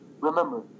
Remember